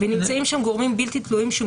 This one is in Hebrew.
ונמצאים שם גורמים בלתי תלויים.